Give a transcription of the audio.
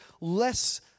less